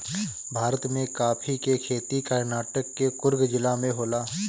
भारत में काफी के खेती कर्नाटक के कुर्ग जिला में होला